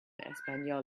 español